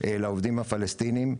לעובדים הפלסטינים,